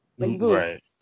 Right